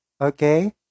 Okay